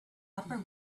upper